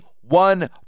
one